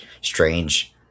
strange